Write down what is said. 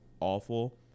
awful